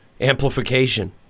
amplification